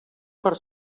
per